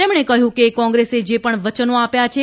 તેમક્ષે કહ્યું કે કોંગ્રેસે જે પણ વચનો આપ્યા છે